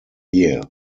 year